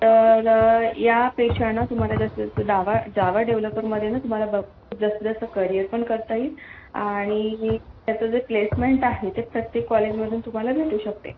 तर यापेक्षा ना तुम्हाला जास्त जावा जावा डेव्हलपरमध्ये ना तुम्हाला जास्तीत जास्त करिअर पण करता येईल आणि त्यातून जे प्लेसमेंट आहे तर ते प्रत्येक कॉलेजमधून तुम्हाला भेटू शकते